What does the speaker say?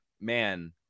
man